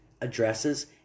addresses